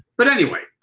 but anyway,